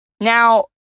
now